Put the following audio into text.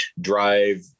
drive